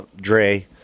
Dre